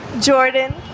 Jordan